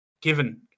given